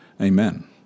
Amen